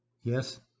Yes